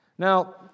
Now